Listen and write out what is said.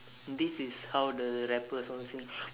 this is how the rappers all sing